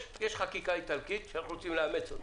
יש חקיקה איטלקית שאנחנו רוצים לאמץ אותה.